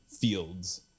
fields